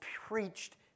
preached